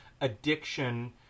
addiction